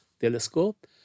telescope